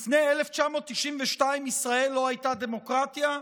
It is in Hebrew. לפני 1992 ישראל לא הייתה דמוקרטיה?